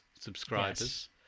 subscribers